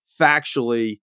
factually